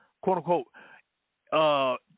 quote-unquote